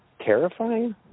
terrifying